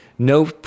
No